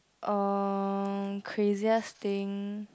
um craziest thing